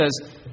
says